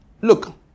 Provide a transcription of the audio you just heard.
look